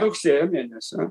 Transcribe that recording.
rugsėjo mėnesio